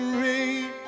rain